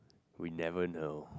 we never know